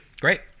great